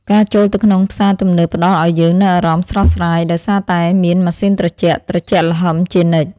ការចូលទៅក្នុងផ្សារទំនើបផ្តល់ឱ្យយើងនូវអារម្មណ៍ស្រស់ស្រាយដោយសារតែមានម៉ាស៊ីនត្រជាក់ត្រជាក់ល្ហឹមជានិច្ច។